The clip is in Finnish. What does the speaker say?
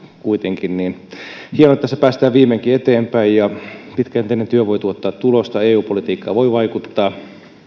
kuitenkin ja on hienoa että tässä päästään viimeinkin eteenpäin pitkäjänteinen työ voi tuottaa tulosta ja eu politiikkaan voi vaikuttaa